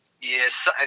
Yes